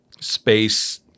space